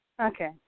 Okay